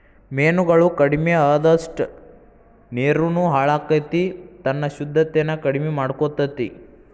ಮೇನುಗಳು ಕಡಮಿ ಅಅದಷ್ಟ ನೇರುನು ಹಾಳಕ್ಕತಿ ತನ್ನ ಶುದ್ದತೆನ ಕಡಮಿ ಮಾಡಕೊತತಿ